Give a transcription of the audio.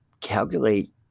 calculate